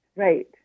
Right